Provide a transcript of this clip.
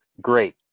great